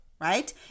right